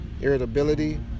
irritability